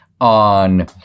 on